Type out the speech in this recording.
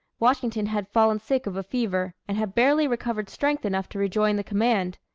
washington had fallen sick of a fever, and had barely recovered strength enough to rejoin the command.